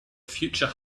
future